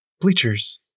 Bleacher's